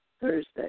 Thursday